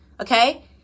Okay